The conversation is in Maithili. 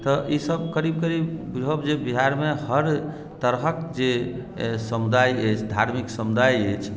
तऽ ईसभ करीब करीब बूझब जे बिहारमे हर तरहक जे समुदाय अछि धार्मिक समुदाय अछि